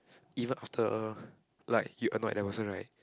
even after like you annoyed that person right